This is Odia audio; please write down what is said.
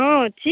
ହଁ ଅଛି